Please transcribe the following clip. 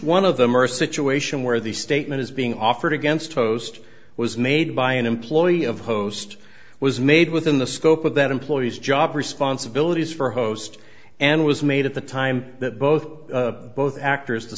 one of them are a situation where the statement is being offered against host was made by an employee of host was made within the scope of that employee's job responsibilities for host and was made at the time that both both actors the